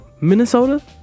minnesota